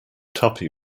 tuppy